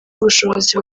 ubushobozi